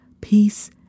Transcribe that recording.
peace